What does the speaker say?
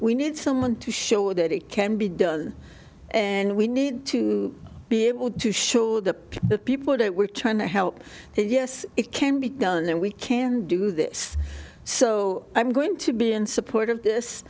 we need someone to show that it can be done and we need to be able to sure that the people that we're trying to help yes it can be done and we can do this so i'm going to be in support of this